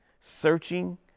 searching